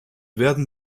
werden